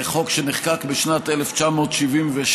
חוק שנחקק בשנת 1976,